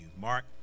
Mark